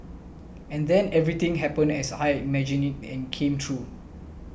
and then everything happened as I had imagined it and came true